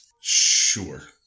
Sure